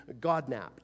godnapped